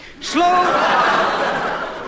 Slow